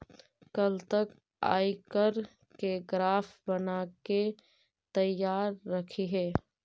कल तक आयकर के ग्राफ बनाके तैयार रखिहें